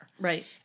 Right